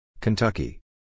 Kentucky